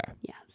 Yes